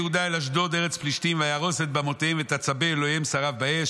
ואז הולך לארץ פלישתים שנמצאת באזור שאמרנו קודם,